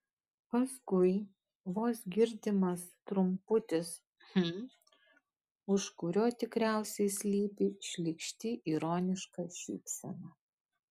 paskui vos girdimas trumputis hm už kurio tikriausiai slypi šykšti ironiška šypsena